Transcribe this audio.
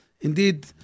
indeed